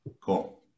Cool